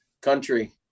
country